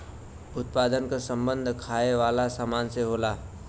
उत्पादन क सम्बन्ध खाये वालन सामान से होला